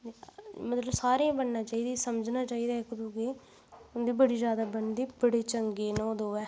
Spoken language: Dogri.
मतलब सारे दी बनाना चाहिदी समझना चाहिदा इक दुए गी उं'दी बड़ी ज्यादा बनदी बड़े चंगे न ओह् दोऐ